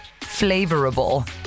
flavorable